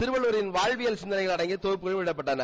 திருவள்ளுவரின் வாழவியல் சிந்தனைகள் அடங்கிய தொகுப்புகளும் வெளியிடப்பட்டன